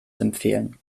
empfehlen